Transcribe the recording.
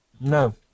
No